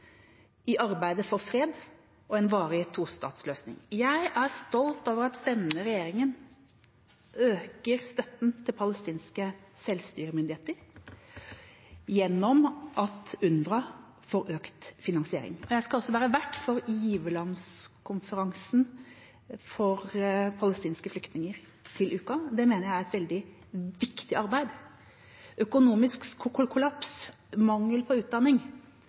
i arbeidet for fred og en varig tostatsløsning. Jeg er stolt av at denne regjeringa øker støtten til palestinske selvstyremyndigheter gjennom at UNRWA får økt finansiering. Jeg skal også være vert for giverlandskonferansen for palestinske flyktninger til uka. Det mener jeg er et veldig viktig arbeid. Økonomisk kollaps og mangel på utdanning